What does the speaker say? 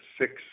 six